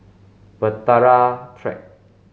Bahtera Track